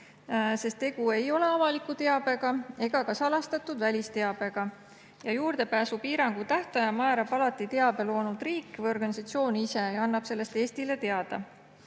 sest tegu ei ole avaliku teabega ega ka salastatud välisteabega. Juurdepääsupiirangu tähtaja määrab alati teabe loonud riik või organisatsioon ise ja annab sellest Eestile teada.